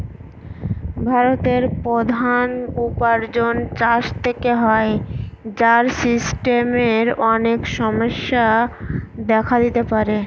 ভারতের প্রধান উপার্জন চাষ থেকে হয়, যার সিস্টেমের অনেক সমস্যা দেখা দিতে পারে